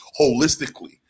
holistically